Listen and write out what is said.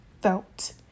felt